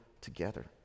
together